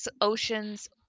oceans